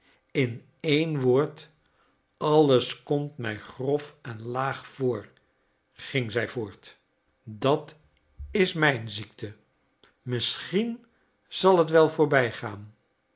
in één woord alles komt mij grof en laag voor ging zij voort dat is mijn ziekte misschien zal het wel voorbijgaan